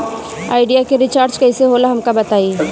Idea के recharge कईसे होला हमका बताई?